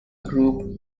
group